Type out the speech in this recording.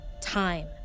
time